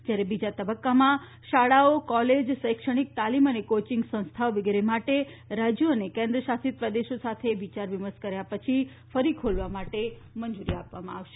જ્યારે બીજા તબક્કામાં શાળાઓ કોલેજો શૈક્ષણિક તાલીમ અને કોચિંગ સંસ્થાઓ વગેરે માટે રાજ્યો અને કેન્દ્ર શાસિત પ્રદેશો સાથે વિચાર વિમર્શ કર્યા પછી ફરી ખોલવા માટે મંજૂરી આપવામાં આવશે